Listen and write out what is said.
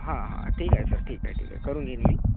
हां हां ठीक आहे सर ठीक आहे ठीक आहे करून घेईन मी